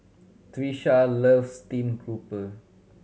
Trisha loves steamed grouper